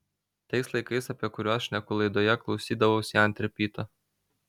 tais laikais apie kuriuos šneku laidoje klausydavaus ją ant ripyto